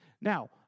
Now